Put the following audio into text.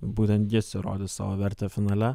būtent jis įrodys savo vertę finale